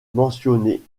mentionnés